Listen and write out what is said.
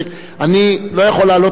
אני לא יכול לעלות על הבמה,